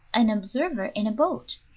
an observer in a boat,